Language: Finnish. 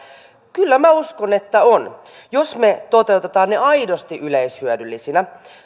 kyllä minä uskon että on jos me toteutamme sen aidosti yleishyödyllisenä